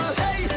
hey